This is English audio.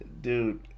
Dude